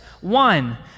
One